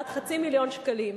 עד חצי מיליון שקלים,